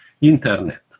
internet